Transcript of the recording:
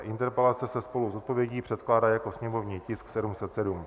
Interpelace se spolu s odpovědí předkládá jako sněmovní tisk 707.